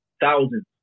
thousands